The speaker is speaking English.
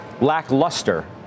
lackluster